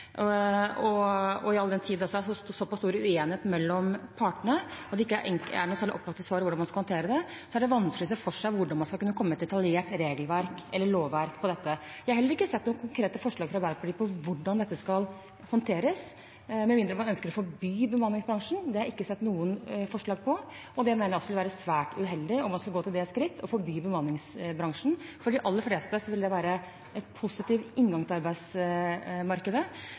All den tid det er såpass stor uenighet mellom partene, at det ikke er noen opplagte svar om hvordan man skal håndtere det, er det vanskelig å se for seg hvordan man skal kunne komme med et detaljert lovverk om dette. Jeg har heller ikke sett noen konkrete forslag fra Arbeiderpartiet om hvordan dette skal håndteres, med mindre man ønsker å forby bemanningsbransjen, og det har jeg ikke sett noen forslag om. Jeg mener også det ville være svært uheldig å gå til det skritt å forby bemanningsbransjen, for dette vil for de aller fleste være en positiv inngang til arbeidsmarkedet.